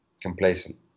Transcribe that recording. complacent